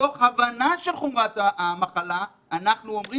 מתוך הבנה של חומרת המחלה אנחנו אומרים